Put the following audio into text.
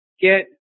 get